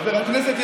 חבר הכנסת,